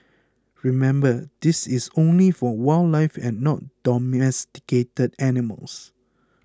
remember this is only for wildlife and not domesticated animals